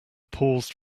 paused